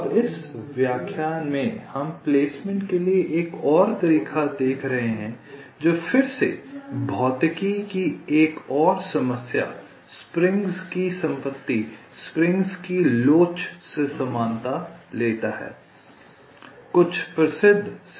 अब इस व्याख्यान में हम प्लेसमेंट के लिए एक और तरीका देख रहे हैं जो फिर से भौतिकी की एक और समस्या स्प्रिंग्स की संपत्ति स्प्रिंग्स की लोच से समानता लेता है